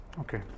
okay